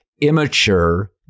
immature